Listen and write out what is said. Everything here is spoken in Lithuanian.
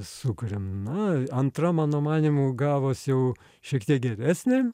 sukuriam na antra mano manymu gavos jau šiek tiek geresnė